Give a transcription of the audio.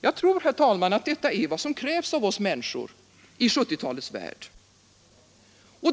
Jag tror att detta är vad som krävs av oss människor i 1970-talets värld.